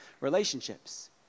relationships